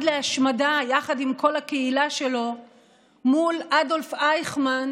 להשמדה יחד עם כל הקהילה שלו מול אדולף אייכמן,